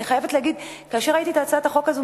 אני חייבת להגיד שכאשר ראיתי את הצעת החוק הזו,